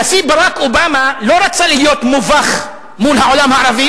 הנשיא ברק אובמה לא רצה להיות מובך מול העולם הערבי.